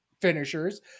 finishers